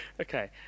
Okay